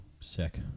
Sick